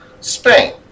Spain